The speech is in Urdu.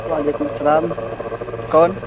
وعلیکم السلام کون